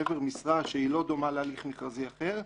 לעבר משרה שהיא לא דומה להליך מכרזי אחר,